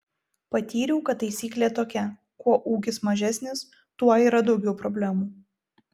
patyriau kad taisyklė tokia kuo ūkis mažesnis tuo yra daugiau problemų